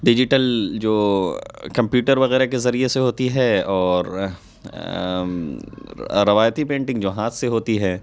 digital جو computer وغیرہ کے ذریعہ سے ہوتی ہے اور روایتی پینٹنگ جو ہاتھ سے ہوتی ہے